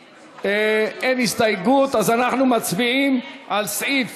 אין הסתייגות, אז אנחנו מצביעים על סעיף